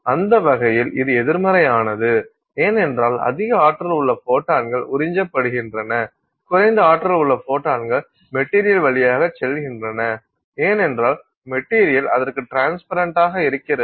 அந்த வகையில் இது எதிர்மறையானது ஏனென்றால் அதிக ஆற்றல் உள்ள ஃபோட்டான்கள் உறிஞ்சப்படுகின்றன குறைந்த ஆற்றல் உள்ள ஃபோட்டான்கள் மெட்டீரியல் வழியாக செல்கின்றன ஏனென்றால் மெட்டீரியல் அதற்கு ட்ரான்ஸ்பரண்டாக இருக்கிறது